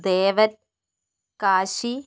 Devan Kashi